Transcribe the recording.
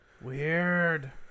Weird